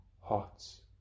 hearts